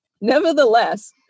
Nevertheless